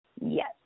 Yes